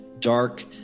dark